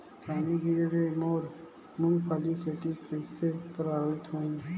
पानी गिरे ले मोर मुंगफली खेती कइसे प्रभावित होही?